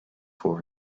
for